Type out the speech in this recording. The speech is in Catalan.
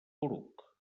poruc